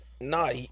Nah